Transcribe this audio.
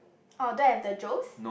oh that the Joes